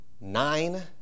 nine